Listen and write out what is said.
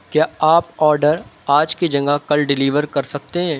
کیا آپ آڈر آج کی جگہ کل ڈیلیور کر سکتے ہیں